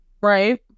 Right